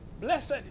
Blessed